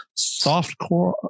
softcore